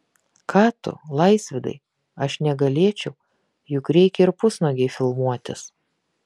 ką tu laisvydai aš negalėčiau juk reikia ir pusnuogei filmuotis